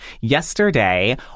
Yesterday